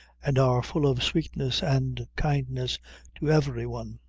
and are full of sweetness and kindness to every one.